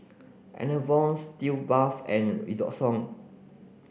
Enervon Sitz bath and Redoxon